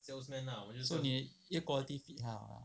so 你 quality fit 好 lah